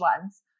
ones